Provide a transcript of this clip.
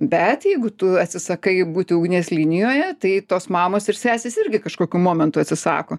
bet jeigu tu atsisakai būti ugnies linijoje tai tos mamos ir sesės irgi kažkokiu momentu atsisako